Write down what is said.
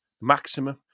maximum